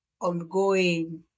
ongoing